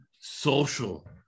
social